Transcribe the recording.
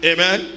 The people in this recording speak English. Amen